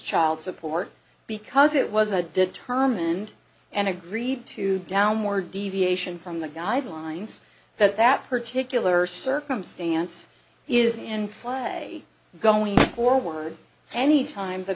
child support because it was a determined and agreed to down more deviation from the guidelines that that particular circumstance is in play going forward any time the